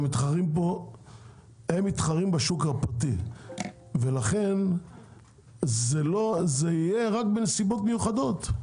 הם מתחרים בשוק הפרטי ולכן זה יהיה רק בנסיבות מיוחדות.